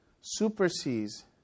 supersedes